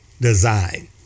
design